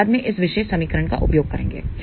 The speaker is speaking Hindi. हम बाद में इस विशेष समीकरण का उपयोग करेंगे